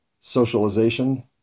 socialization